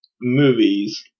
movies